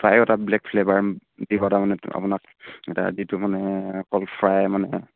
fry এটা বেলেগ flavour দিব তাৰমানে আপোনাক এটা যিটো মানে অকল ফ্ৰাই মানে